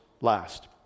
last